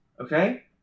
okay